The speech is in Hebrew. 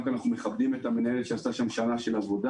גם כי אנחנו מכבדים את המנהלת שעשתה שם שנה של עבודה